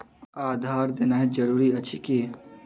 आधार देनाय जरूरी अछि की?